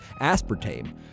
aspartame